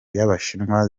y’abashinwa